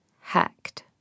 hacked